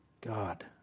God